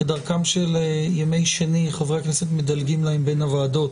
כדרכם של ימי שני חברי הכנסת מדלגים להם בין הוועדות,